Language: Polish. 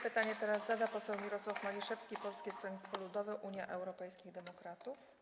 Pytanie zada poseł Mirosław Maliszewski, Polskie Stronnictwo Ludowe - Unia Europejskich Demokratów.